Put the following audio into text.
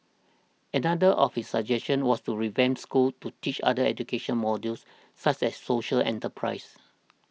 another of his suggestion was to revamp schools to teach other education models such as social enterprise